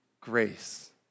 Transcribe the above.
grace